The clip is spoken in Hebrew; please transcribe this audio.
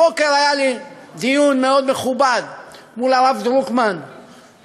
הבוקר היה לי דיון מאוד מכובד מול הרב דרוקמן ברדיו.